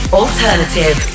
alternative